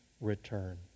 return